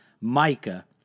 Micah